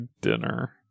dinner